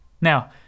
now